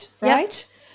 right